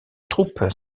troupes